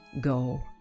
go